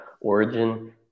origin